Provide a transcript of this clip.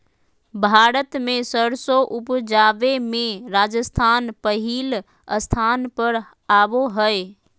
भारत मे सरसों उपजावे मे राजस्थान पहिल स्थान पर आवो हय